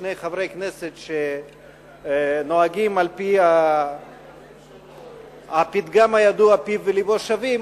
שני חברי כנסת שנוהגים על-פי הפתגם הידוע: פיו ולבו שווים,